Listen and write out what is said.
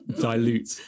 dilute